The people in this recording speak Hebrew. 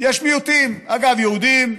יש מיעוטים: יהודים,